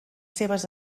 seves